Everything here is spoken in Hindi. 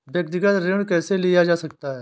व्यक्तिगत ऋण कैसे लिया जा सकता है?